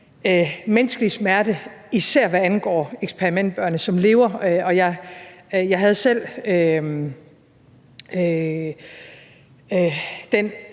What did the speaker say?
menneskelige smerte, især hvad angår de eksperimentbørn, som lever. Jeg havde selv den